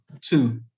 two